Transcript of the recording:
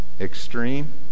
Extreme